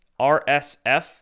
RSF